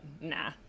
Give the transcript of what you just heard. nah